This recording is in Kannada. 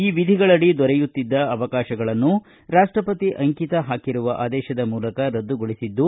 ಈ ವಿಧಿಗಳಡಿ ದೊರೆಯುತ್ತಿದ್ದ ಅವಕಾಶಗಳನ್ನು ರಾಷ್ಟಪತಿ ಅಂಕಿತ ಹಾಕಿರುವ ಆದೇಶದ ಮೂಲಕ ರದ್ದುಗೊಳಿಸಿದ್ದು